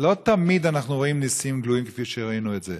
לא תמיד אנחנו רואים ניסים גלויים כפי שראינו את זה.